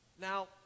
Now